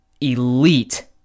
elite-